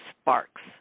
Sparks